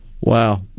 Wow